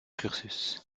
cursus